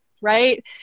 right